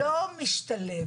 לא משתלב.